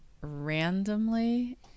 randomly